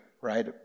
right